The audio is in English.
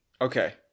Okay